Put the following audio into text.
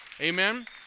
Amen